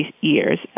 years